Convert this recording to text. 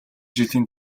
жилийн